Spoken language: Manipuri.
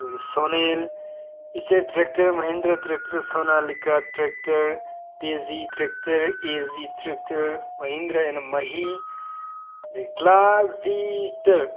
ꯈꯣꯏꯒꯤ ꯁꯣꯅꯤꯜ Eicher tractor Mahindra tractor Sonalika tractor ꯇꯦꯖꯤ ꯇ꯭ꯔꯦꯛꯇꯔ ꯑꯦꯖꯤ ꯇ꯭ꯔꯦꯛꯇꯔ ꯃꯍꯤꯟꯗ꯭ꯔ ꯑꯦꯟ ꯃꯍꯤ ꯗꯩ ꯀ꯭ꯂꯥ ꯖꯤ ꯇꯔ